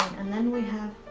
and then we have,